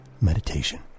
meditation